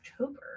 october